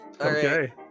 Okay